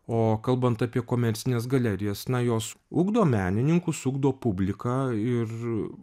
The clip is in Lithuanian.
o kalbant apie komercines galerijas na jos ugdo menininkus ugdo publiką ir